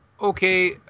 Okay